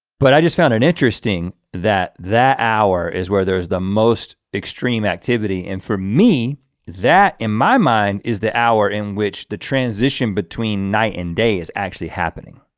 but i just found an interesting that that hour is where there's the most extreme activity and for me is that in my mind is the hour in which the transition between night and day is actually happening,